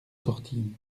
sortie